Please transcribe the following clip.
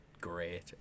great